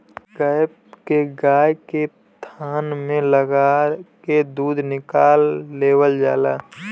cap के गाय के थान में लगा के दूध निकाल लेवल जाला